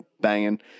banging